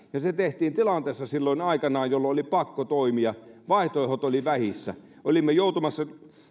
ja se tehtiin silloin aikanaan tilanteessa jolloin oli pakko toimia vaihtoehdot olivat vähissä olimme joutumassa